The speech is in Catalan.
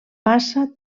passa